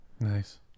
Nice